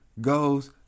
goes